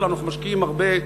שלנו אנחנו משקיעים הרבה.